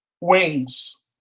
Wings